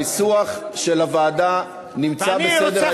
הניסוח של הוועדה נמצא בסדר-היום של הכנסת.